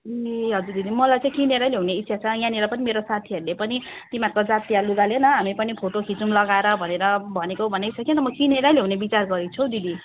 ए हजुर दिदी मलाई चाहिँ किनेरै ल्याउने इच्छा छ यहाँनिर पनि मेरो साथीहरूले पनि तिमीहरूको जातीय लुगा ले न हामी पनि फोटो खिचौँ लगाएर भनेर भनेको भनेको छ कि अन्त म किनेरै ल्याउने विचार गरेको छु हौ दिदी